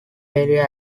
area